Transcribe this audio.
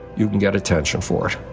you can get attention for it.